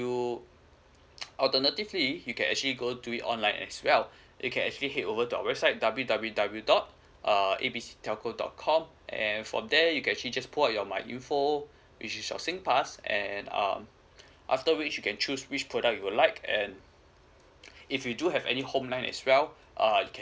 ~ou alternatively you can actually go do it online as well you can actually head over to our website w w w dot a a b c telco dot com and from there you can actually just pull out your MyInfo which is your SingPass and um after which you can choose which product you would like and if you do have any home line as well uh you can